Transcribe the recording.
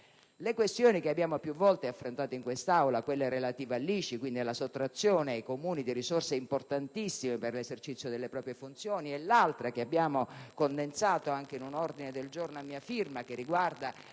Le questioni che abbiamo più volte affrontato in quest'Aula, quella relative all'ICI, quindi alla sottrazione ai Comuni di risorse importantissime per l'esercizio delle proprie funzioni e l'altra, che abbiamo condensato anche in un ordine del giorno a mia firma, che riguarda